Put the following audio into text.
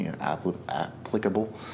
applicable